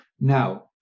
Now